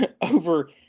over